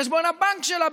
בחשבון הבנק שלה,